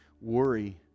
worry